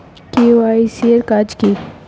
KYC এর কাজ কি?